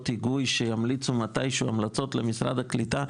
היגוי שימליצו מתי שהוא המלצות למשרד הקליטה.